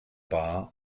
bar